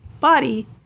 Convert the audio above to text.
body